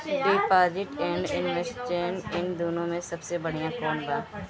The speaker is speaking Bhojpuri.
डिपॉजिट एण्ड इन्वेस्टमेंट इन दुनो मे से सबसे बड़िया कौन बा?